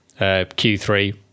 Q3